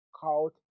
called